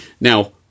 Now